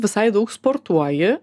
visai daug sportuoji